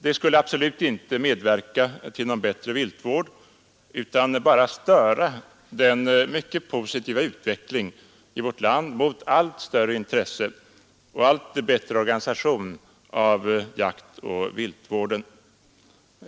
Det skulle inte medverka till någon bättre viltvård utan bara störa den mycket positiva utvecklingen i vårt land mot allt större intresse för och allt bättre organisation av jakt och viltvård.